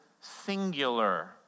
singular